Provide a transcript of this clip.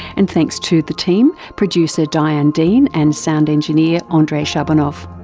and thanks to the team, producer diane dean and sound engineer ah andrei shabunov.